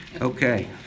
Okay